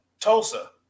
Tulsa